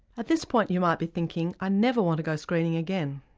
at this point you might be thinking i never want to go screening again.